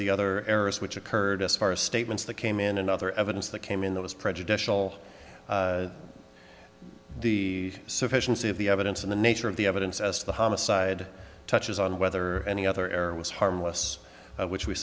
the other errors which occurred as far as statements that came in and other evidence that came in that was prejudicial the sufficiency of the evidence and the nature of the evidence as the homicide touches on whether any other error was harmless which we